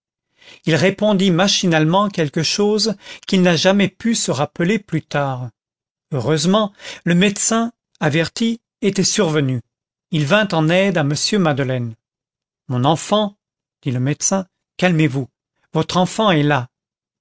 il répondit machinalement quelque chose qu'il n'a jamais pu se rappeler plus tard heureusement le médecin averti était survenu il vint en aide à m madeleine mon enfant dit le médecin calmez-vous votre enfant est là